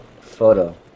photo